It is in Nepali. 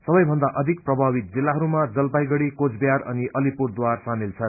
सबैभन्दा अधिक प्रभावित जिल्लाहरूमा जलपाईगड़ी कोचबिहार अनि अलिपुरद्वार सामेल छन्